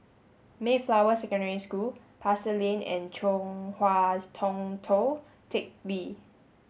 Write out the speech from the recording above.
Mayflower Secondary School Pasar Lane and Chong Hua Tong Tou Teck Hwee